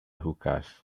hookahs